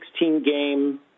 16-game